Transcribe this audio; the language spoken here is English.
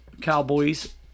Cowboys